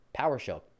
PowerShell